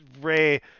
Ray